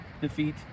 defeat